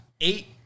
eight